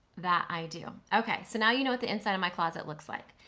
that i do. okay, so now you know what the inside of my closet looks like.